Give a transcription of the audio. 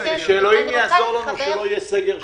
שאלוהים יעזור לנו שלא יהיה סגר שלישי.